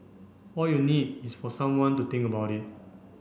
all you need is for someone to think about it